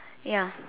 ya